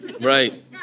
right